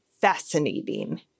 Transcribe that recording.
fascinating